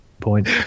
Point